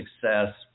Success